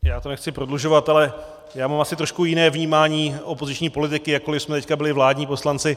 Já to nechci prodlužovat, ale já mám asi trošku jiné vnímání opoziční politiky, jakkoli jsme teď byli vládní poslanci.